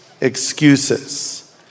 Excuses